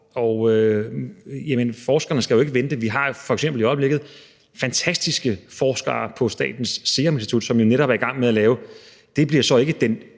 rammer? Forskerne skal jo ikke vente. Vi har jo f.eks. i øjeblikket fantastiske forskere på Statens Serum Institut, som netop er i gang med at udvikle en